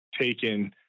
taken –